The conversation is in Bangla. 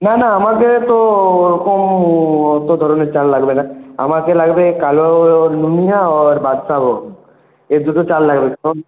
না না আমাদের তো ওরকম অত ধরনের চাল লাগবে না আমাকে লাগবে কালো নুনিয়া আর বাদশাভোগ এই দুটো চাল লাগবে